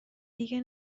دیگه